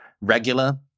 regular